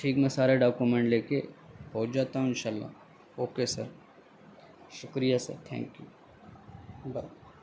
ٹھیک میں سارے ڈاکومنٹ لے کے پہنچ جاتا ہوں ان شاء اللہ اوکے سر شکریہ سر تھینک یو اللہ حافظ